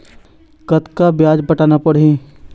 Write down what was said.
कतका ब्याज पटाना पड़ही?